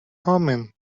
omen